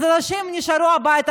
ואז אנשים נשארו בבית.